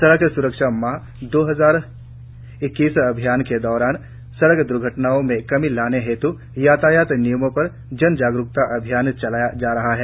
सड़क स्रक्षा माह दो हजार इक्कीस अभियान के दौरान सड़क द्र्घटनाओं में कमी लाने हेत् यातायात नियमों पर जनजागरुकता अभियान चलाया जा रहा है